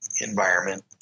environment